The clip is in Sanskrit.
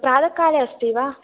प्रातःकाले अस्ति वा